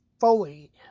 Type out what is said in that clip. Foley